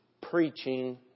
preaching